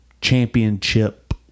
championship